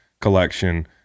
collection